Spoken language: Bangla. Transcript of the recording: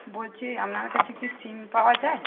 বলছি আপনার কাছে কি সিম পাওয়া যায়